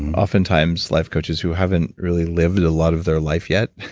oftentimes life coaches who haven't really lived a lot of their life yet.